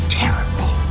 terrible